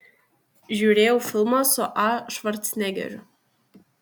žiūrėjau filmą su a švarcnegeriu